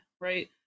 right